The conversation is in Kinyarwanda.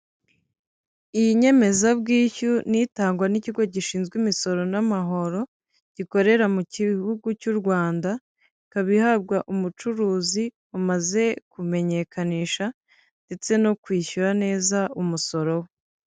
Iyi nyemezabwishyu ni itangwa n'ikigo gishinzwe imisoro n'amahoro, gikorera mu gihugu cy'u Rwanda, ikaba ihabwa umucuruzi umaze kumenyekanisha ndetse no kwishyura neza umusoro we.